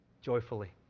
joyfully